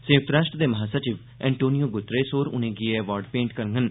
संयुक्त राष्ट्र दे महासचिव एंटोनियो गुतरस होर उने'गी एह अवार्ड भेंट करङन